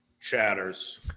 chatters